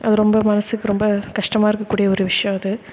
அது ரொம்ப மனதுக்கு ரொம்ப கஷ்டமாக இருக்கக் கூடிய ஒரு விஷயோம் அது